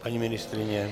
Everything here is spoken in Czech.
Paní ministryně?